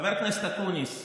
חבר הכנסת אקוניס,